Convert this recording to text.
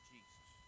Jesus